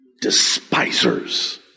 despisers